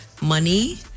money